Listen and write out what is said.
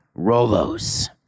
Rolos